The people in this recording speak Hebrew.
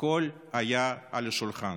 הכול היה על השולחן,